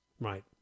Right